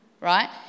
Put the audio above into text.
right